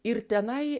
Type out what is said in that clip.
ir tenai